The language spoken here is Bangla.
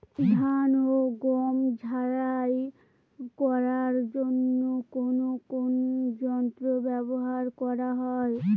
ধান ও গম ঝারাই করার জন্য কোন কোন যন্ত্র ব্যাবহার করা হয়?